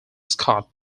scott